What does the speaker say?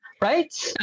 Right